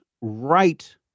right